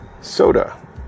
soda